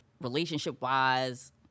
relationship-wise